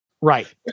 Right